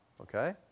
okay